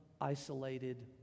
isolated